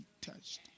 touched